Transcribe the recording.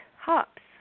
hops